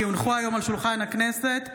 כי הונחו היום על שולחן הכנסת,